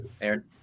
Aaron